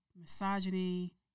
misogyny